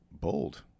Bold